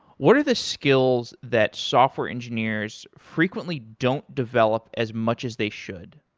what are the skills that software engineers frequently don't develop as much as they should?